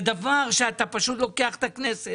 אתה פשוט לוקח את הכנסת